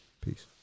peace